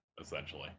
essentially